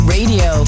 Radio